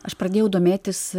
aš pradėjau domėtis